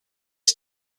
his